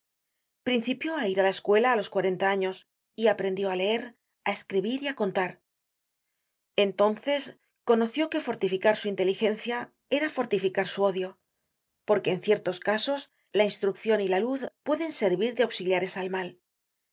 principió á ir á la escuela á los cuarenta años y aprendió á leer á escribir y á contar entonces conoció que fortificar su inteligencia era fortificar su odio porque en ciertos casos la instruccion y la luz pueden servir de auxiliares al mal